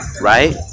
right